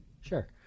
Sure